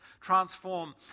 transform